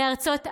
"מארצות ערב,